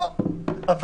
אבל